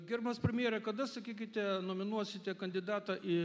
gerbiamas premjere kada sakykite nominuosite kandidatą į